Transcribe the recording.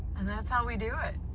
and that's how we do it.